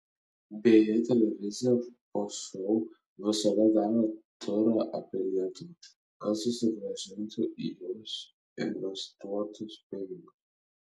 beje televizija po šou visada daro turą per lietuvą kad susigrąžintų į jus investuotus pinigus